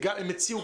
יש לנו תסמונת,